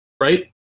Right